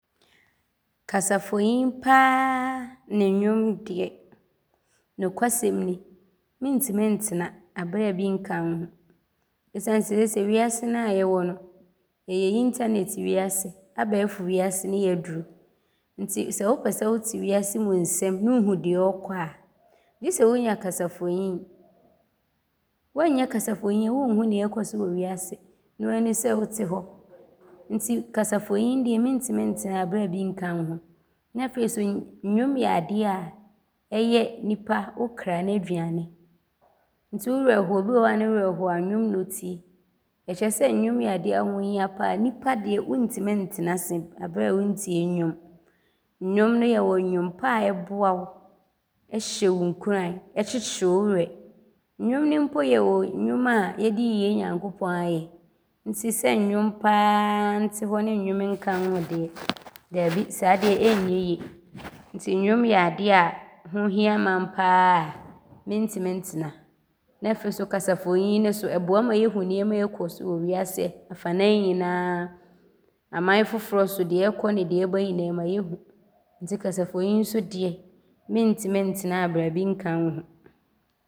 Kasafonin pa ara ne nnwom deɛ, nokwasɛm ni, mentim ntena abrɛ a bi nka nho esiane sɛ seesei wiase no a yɛwɔ no ɔyɛ intanɛte wiase, abɛɛfo wiase ne yɛaduru no nti sɛ wopɛ sɛ wote wiase mu nsɛm ne wohu deɛ ɔrekɔ a, gye sɛ wonya kasafonin. Woannya kasafonin a, wonhu deɛ ɔrekɔ so wɔ wiase. No a di sɛ wote hɔ nti kasafonin deɛ mentim ntena abrɛ a bi nka nho. Ne afei so nnwom yɛ adeɛ a ɔyɛ nnipa, wo kraa no aduane nti wo werɛ ho, bi wɔ hɔ a ne werɛ ho a, nnwom ne ɔtie. Ԑkyerɛ sɛ nnwom yɛ adeɛ a hoo hia pa ara. Nnipa deɛ wontim ntena ase abrɛ a wontie nnwom. Nnwom no yɛwɔ nnwom pa a, ɔboa wo, ɔhyɛ wo nkuran, ɔkyekyere wo werɛ. Nnwom no mpo yɛwɔ nnwom a yɛde yi yɛ Nyankopɔn ayɛ nti sɛ nnwom pa ara nte hɔ ne nnwom nka nho deɛ, daabi, saa deɛ ɔnyɛ yie nti nnwom yɛ adeɛ a hoo hia ma me pa ara mentim ntena ne afei so kasafonin no so, ɔboa ma yɛhu nnoɔma a ɔrekɔ so wɔ wiase afanan nyinaa. Aman afoforɔ so, deɛ ɔrekɔ ne deɛ ɔreba ɔma yɛhu nti kasafonin so deɛ mentim ntena a abrɛ a bi nka nho.